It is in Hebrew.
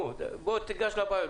בוא, תיגש לבעיות.